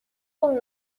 con